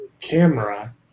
camera